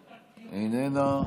איננה,